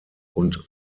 und